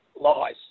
lies